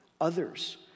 others